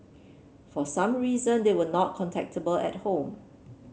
for some reason they were not contactable at home